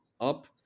up